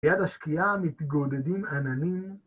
על יד השקיעה מתגודדים עננים